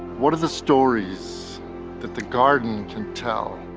what are the stories that the garden can tell